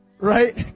Right